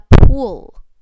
pool